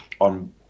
on